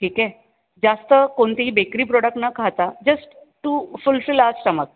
ठीक आहे जास्त कोणतेही बेकरी प्रॉडक्ट न खाता just to fulfil our stomach